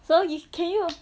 so can you